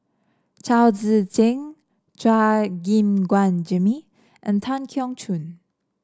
Chao Tzee Cheng Chua Gim Guan Jimmy and Tan Keong Choon